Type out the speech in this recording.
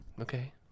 Okay